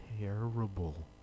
terrible